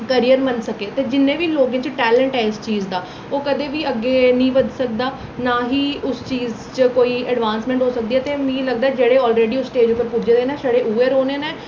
career बनी सकै ते जिन्ने बी लोकें टैलेंट ऐ इस चीज दा ओह् कदें बी अग्गै नेईं बधी सकदा ना ही उस चीज च कोई ऐडवासमेंट होई सकदी ऐ ते मिगी लगदा ऐ जेह्ड़ी ओलरेडी उस स्टेज उप्पर पुज्जे दे न छड़े उ'यै रौह्ने न